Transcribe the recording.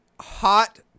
hot